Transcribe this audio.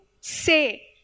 say